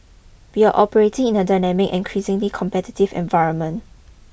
we are operating in a dynamic and increasingly competitive environment